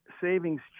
savings